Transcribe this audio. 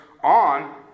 On